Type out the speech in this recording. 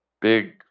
big